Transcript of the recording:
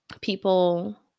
people